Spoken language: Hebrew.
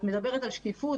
את מדברת על שקיפות,